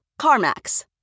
CarMax